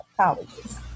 colleges